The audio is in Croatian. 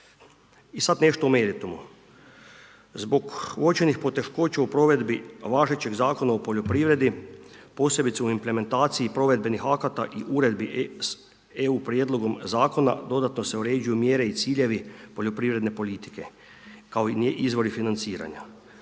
I sad nešto o meritumu. Zbog očajnih poteškoća u provedbi važećeg zakona o poljoprivredi, posebice o implementaciji provedbenih akata i uredbi s EU prijedlogom zakona, dodatno se uređuju mjere i ciljevi poljoprivredne politike, kao i izvori financiranja.